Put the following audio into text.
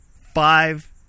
Five